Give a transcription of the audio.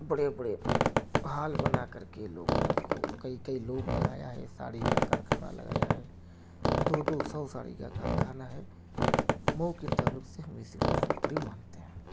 بڑے بڑے ہال بنا کر کے لوگوں نے اُس کو کئی کئی لوگ لگایا ہے ساڑھی کا کارخانہ لگایا ہے دو دو سو ساڑھی کا کارخانہ ہے مئو کے تعلق سے ہم اِسی کو فیکٹری مانتے ہیں